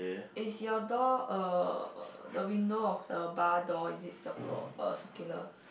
is your door uh the window of the bar door is it circle uh circular